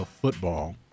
football